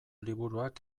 liburuak